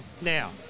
now